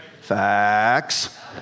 Facts